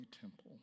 temple